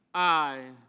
i.